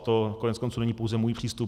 To koneckonců není pouze můj přístup.